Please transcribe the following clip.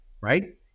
right